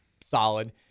solid